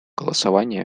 голосования